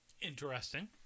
Interesting